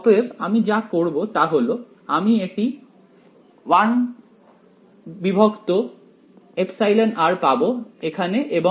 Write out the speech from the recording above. অতএব আমি যা করব তা হল আমি এটি 1εr পাবো এখানে এবং